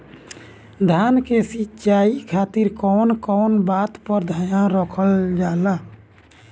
धान के सिंचाई खातिर कवन कवन बात पर ध्यान रखल जा ला?